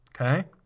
Okay